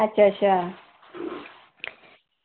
अच्छा अच्छा